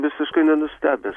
visiškai nenustebęs